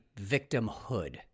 victimhood